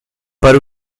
para